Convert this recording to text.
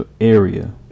area